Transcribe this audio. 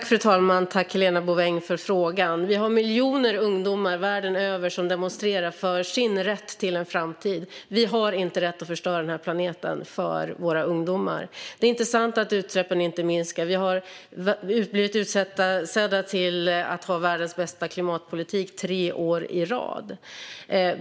Fru talman! Tack, Helena Bouveng, för frågan! Vi har miljoner ungdomar världen över som demonstrerar för sin rätt till en framtid. Vi har inte rätt att förstöra den här planeten för våra ungdomar. Det är inte sant att utsläppen inte minskar. Sveriges klimatpolitik har blivit utsedd till världens bästa tre år i rad.